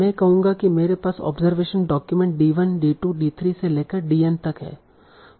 मैं कहूंगा कि मेरे पास observation document d1 d2 d3 से लेकर dn तक है